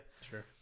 sure